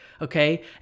okay